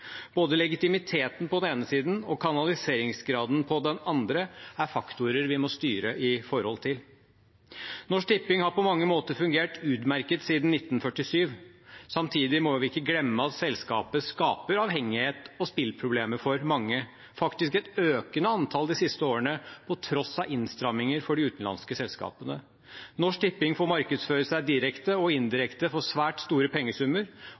Både legitimiteten på den ene siden og kanaliseringsgraden på den andre er faktorer vi må styre ut fra. Norsk Tipping har på mange måter fungert utmerket siden 1947. Samtidig må vi ikke glemme at selskapet skaper avhengighet og spilleproblemer for mange, faktisk et økende antall de siste årene, på tross av innstramminger for de utenlandske selskapene. Norsk Tipping får markedsføre seg direkte og indirekte for svært store pengesummer,